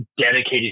dedicated